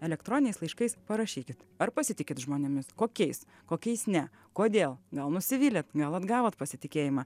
elektroniniais laiškais parašykit ar pasitikėt žmonėmis kokiais kokiais ne kodėl gal nusivylėt gal atgavot pasitikėjimą